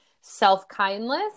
self-kindness